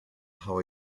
how